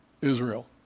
Israel